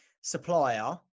supplier